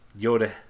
yoda